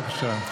בבקשה.